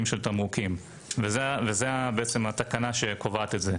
של תמרוקים וזה התקנה שקובעת את זה,